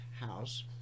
house